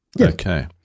Okay